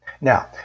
Now